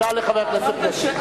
שאלה לחבר הכנסת פלסנר.